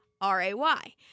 R-A-Y